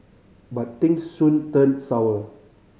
but things soon turned sour